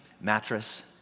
mattress